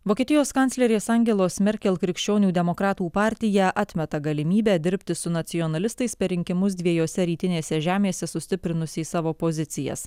vokietijos kanclerės angelos merkel krikščionių demokratų partija atmeta galimybę dirbti su nacionalistais per rinkimus dviejose rytinėse žemėse sustiprinusiais savo pozicijas